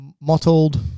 Mottled